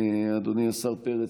אדוני השר פרץ,